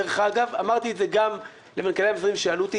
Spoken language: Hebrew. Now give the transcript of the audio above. דרך אגב, אמרתי את זה גם כששאלו אותי.